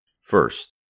First